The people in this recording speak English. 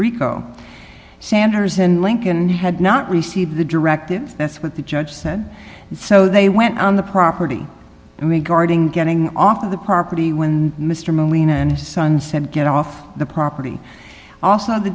rico sanders and lincoln had not received the directives that's what the judge said so they went on the property regarding getting off of the property when mr molina and his son said get off the property also the